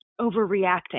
overreacting